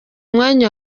mwanya